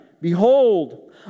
Behold